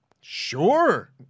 Sure